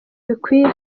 bikwiye